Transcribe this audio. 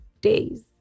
days